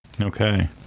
okay